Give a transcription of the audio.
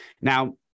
Now